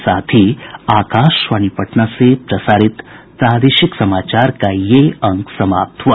इसके साथ ही आकाशवाणी पटना से प्रसारित प्रादेशिक समाचार का ये अंक समाप्त हुआ